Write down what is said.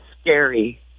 scary